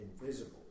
invisible